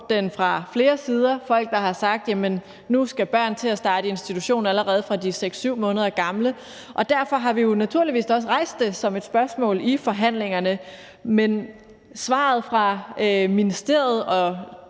fra flere sider, f.eks. folk, der har sagt, at nu skal børn til at starte i institution, allerede fra de er 6-7 måneder gamle. Og derfor har vi jo naturligvis også rejst spørgsmålet i forhandlingerne. Men svaret fra ministeriet og